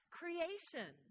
creation